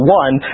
one